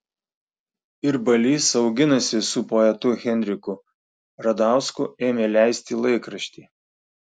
ir balys auginasi su poetu henriku radausku ėmė leisti laikraštį